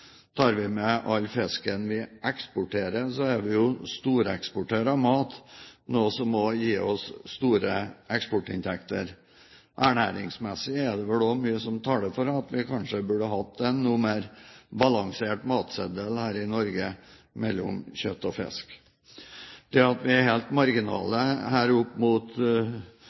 Tar vi med all fisken vi eksporterer, er vi storeksportør av mat, noe som også gir oss store eksportinntekter. Ernæringsmessig er det vel også mye som taler for at vi kanskje burde hatt en noe mer balansert matseddel her i Norge mellom kjøtt og fisk. Det at vi er helt marginale her oppe mot